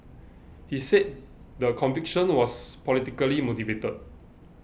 he said the conviction was politically motivated